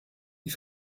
die